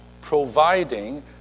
providing